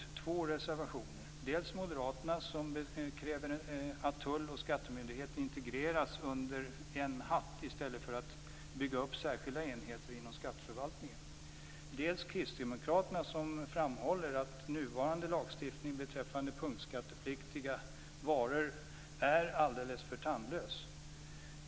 Det är dels en reservation från moderaterna, som kräver att tull och skattemyndighet integreras under en hatt i stället för att det skall byggas upp särskilda enheter inom skatteförvaltningen. Det är dels en reservation från kristdemokraterna, som framhåller att nuvarande lagstiftning beträffande punktskattepliktiga varor är alldeles för tandlös.